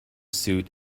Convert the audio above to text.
suit